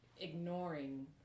ignoring